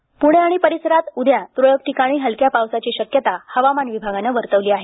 प्णे आणि परिसरात उद्या तुरळक ठिकाणी हलक्या पावसाची शक्यता हवामान विभागानं वर्तविली आहे